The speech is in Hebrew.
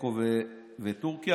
מקסיקו וטורקיה,